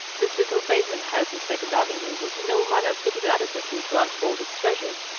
this little basement-house in second avenue was ia no manner fitted adequately to unfold its treasures.